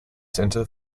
center